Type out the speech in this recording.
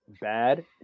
bad